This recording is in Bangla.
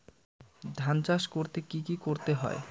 ধান চাষ করতে কি কি করতে হয়?